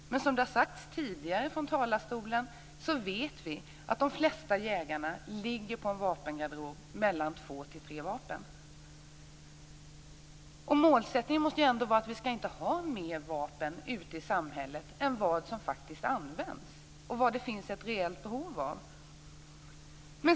Men som tidigare har sagts från talarstolen vet vi att de flesta jägare har en vapengarderob på mellan två och tre vapen. Målsättningen måste vara att vi inte ska ha fler vapen ute i samhället än vad som används och vad det finns ett reellt behov av.